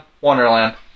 Wonderland